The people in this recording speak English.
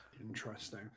interesting